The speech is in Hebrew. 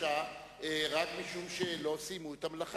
יצוקה" רק משום שלא סיימו את המלאכה.